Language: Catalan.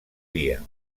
dia